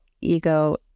ego